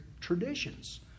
traditions